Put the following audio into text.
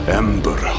ember